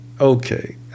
Okay